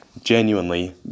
genuinely